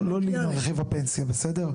לא לעניין רכיב הפנסיה, בסדר?